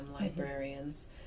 librarians